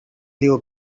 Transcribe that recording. you